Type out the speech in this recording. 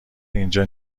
اینجا